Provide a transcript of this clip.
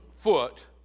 foot